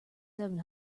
seven